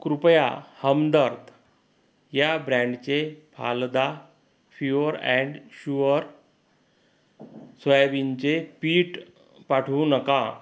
कृपया हमदर्द या ब्रँडचे फालदा प्युअर अँड शुअर सोयाबिनचे पीठ पाठवू नका